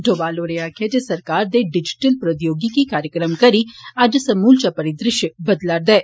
डोमाल होरें आक्खेआ जे सरकार दे डिजिटल प्रौद्योगिकी कार्यक्रम करी अज्ज समूलचा परिदृश्य बदला रदा ऐ